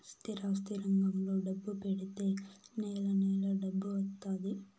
స్థిరాస్తి రంగంలో డబ్బు పెడితే నెల నెలా డబ్బు వత్తాది